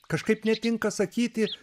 kažkaip netinka sakyti